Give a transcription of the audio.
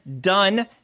done